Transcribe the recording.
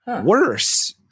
Worse